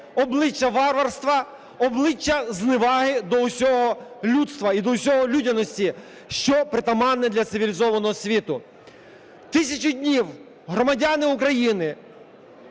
обличчя варварства, обличчя зневаги до всього людства і до усієї людяності, що притаманне для цивілізованого світу. Тисячу днів громадяни України